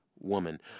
woman